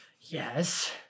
Yes